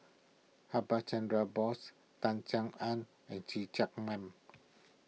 Chandra Bose Tan Sin Aun and See Chak Mun